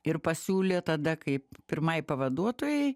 ir pasiūlė tada kaip pirmai pavaduotojai